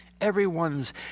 Everyone's